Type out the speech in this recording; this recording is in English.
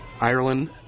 Ireland